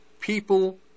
people